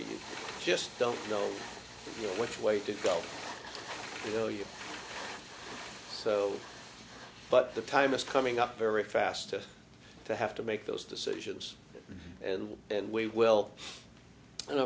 you just don't know which way to go you know you so but the time is coming up very fast to have to make those decisions and and we well